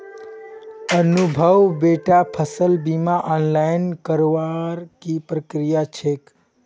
अनुभव बेटा फसल बीमा ऑनलाइन करवार की प्रक्रिया छेक